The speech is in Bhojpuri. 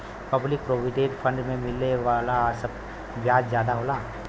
पब्लिक प्रोविडेंट फण्ड पे मिले वाला ब्याज जादा होला